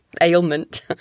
ailment